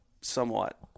somewhat